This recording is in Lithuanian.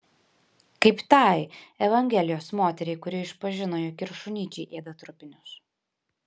kaip tai evangelijos moteriai kuri išpažino jog ir šunyčiai ėda trupinius